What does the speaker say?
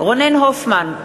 רונן הופמן,